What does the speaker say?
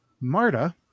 Marta